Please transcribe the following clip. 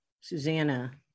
Susanna